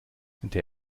der